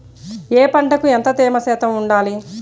ఏ పంటకు ఎంత తేమ శాతం ఉండాలి?